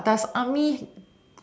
but does army